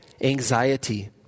Anxiety